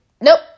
nope